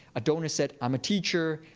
a donor said, i'm a teacher.